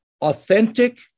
authentic